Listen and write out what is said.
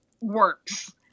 works